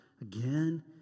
again